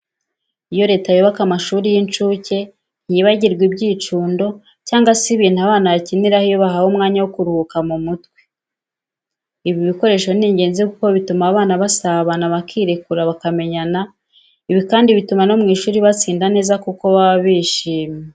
Iyo Leta yubaka amashuri y'incuke ntiyibagirwa ibyicundo cyangwa se ibintu abana bakiniraho iyo bahawe umwanya wo kuruhura mu mutwe. Ibi bikoresho ni ingenzi kuko bituma aba bana basabana, bakirekura, bakamenyana. Ibi kandi bituma no mu ishuri batsinda neza kuko baba bishyimye.